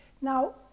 Now